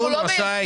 רשאי לצאת.